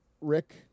Rick